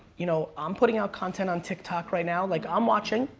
you know i'm putting out content on tik tok right now. like i'm watching,